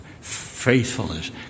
faithfulness